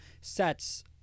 sets